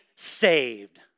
saved